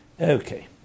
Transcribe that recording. Okay